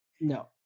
No